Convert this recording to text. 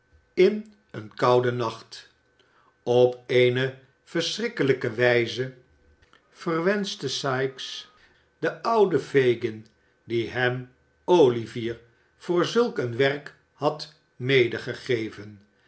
in een kouden nacht op eene verschrikkelijke wijze verwenschte sikes den ouden fagin die hem olivier voor zulk een werk had